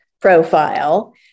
profile